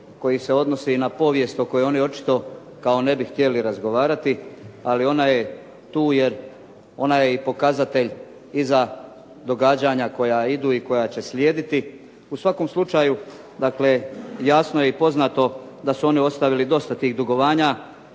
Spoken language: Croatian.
koji se odnosi i na povijest o kojoj oni očito kao ne bi htjeli razgovarati, ali ona je tu jer ona je i pokazatelj i za događanja koja idu i koja će slijediti. U svakom slučaju, dakle jasno je i poznato da su oni ostavili dosta tih dugovanja